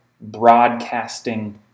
broadcasting